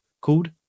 called